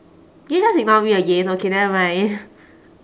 did you just ignore me again okay never mind